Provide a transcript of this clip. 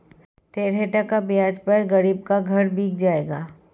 तेरह टका ब्याज पर गरीब का घर बिक जाएगा